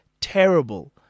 terrible